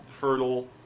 Hurdle